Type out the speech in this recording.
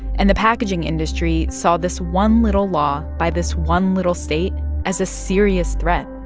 and the packaging industry saw this one little law by this one little state as a serious threat.